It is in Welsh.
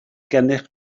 gennych